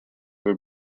were